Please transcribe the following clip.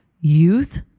youth